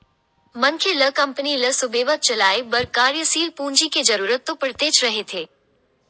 मनखे ल कंपनी ल सुबेवत चलाय बर कार्यसील पूंजी के जरुरत तो पड़तेच रहिथे